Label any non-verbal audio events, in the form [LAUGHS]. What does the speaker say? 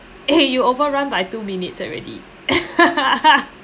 eh you overrun by two minutes already [LAUGHS]